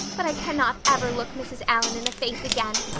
but i cannot ever look mrs. allan in the face again.